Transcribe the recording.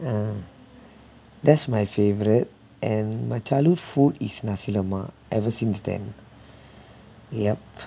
uh that's my favourite and my childhood food is nasi lemak ever since then yup